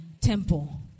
temple